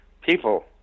people